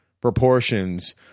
proportions